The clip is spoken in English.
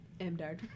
MDARD